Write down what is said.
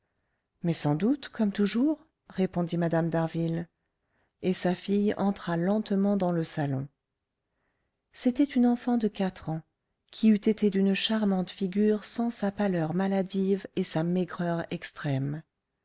mais sans doute comme toujours répondit mme d'harville et sa fille entra lentement dans le salon c'était une enfant de quatre ans qui eût été d'une charmante figure sans sa pâleur maladive et sa maigreur extrême